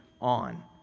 on